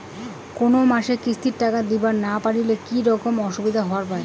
কোনো মাসে কিস্তির টাকা দিবার না পারিলে কি রকম অসুবিধা হবার পায়?